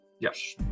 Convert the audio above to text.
Yes